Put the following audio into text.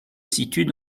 situent